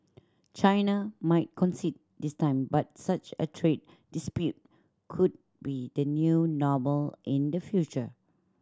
China might concede this time but such a trade dispute could be the new normal in the future